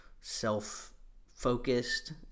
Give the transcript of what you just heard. self-focused